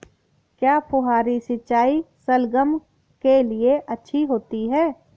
क्या फुहारी सिंचाई शलगम के लिए अच्छी होती है?